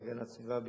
בהגנת הסביבה,